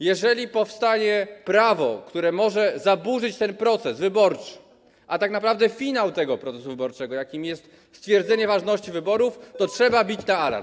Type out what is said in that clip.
Jeżeli powstaje prawo, które może zaburzyć ten proces wyborczy, a tak naprawdę finał tego procesu wyborczego, jakim jest stwierdzenie ważności wyborów, to trzeba bić na alarm.